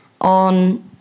On